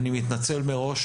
אני מתנצל מראש,